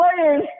players